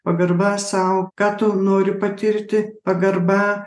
pagarba sau ką tu nori patirti pagarba